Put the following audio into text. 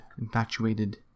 infatuated